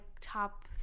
top